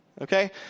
Okay